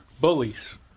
bullies